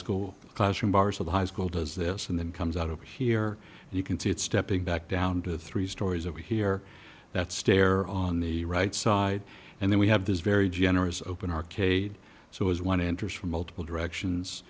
school classroom bars of the high school does this and then comes out of here you can see it stepping back down to three stories over here that stair on the right side and then we have this very generous open arcade so as one enters from multiple directions